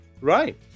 right